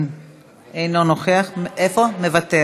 מוותר.